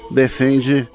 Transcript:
defende